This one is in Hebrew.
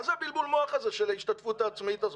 מה זה בלבול המוח הזה של ההשתתפות העצמית הזאת?